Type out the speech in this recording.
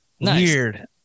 weird